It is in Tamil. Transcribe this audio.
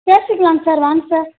பேசிக்கலாங்க சார் வாங்க சார்